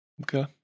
Okay